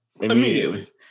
immediately